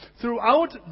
Throughout